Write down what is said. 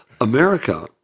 America